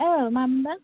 औ मामोनबा